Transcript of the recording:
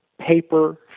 paper